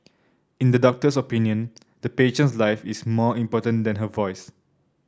in the doctor's opinion the patient's life is more important than her voice